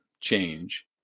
change